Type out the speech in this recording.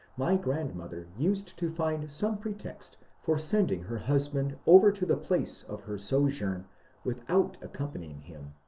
my grandmother used to find some pretext for sending her husband over to the place of her sojourn without accompanying him.